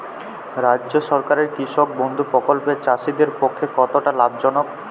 রাজ্য সরকারের কৃষক বন্ধু প্রকল্প চাষীদের পক্ষে কতটা লাভজনক?